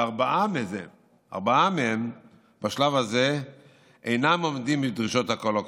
וארבעה מהם בשלב הזה אינם עומדים בדרישות הקול הקורא.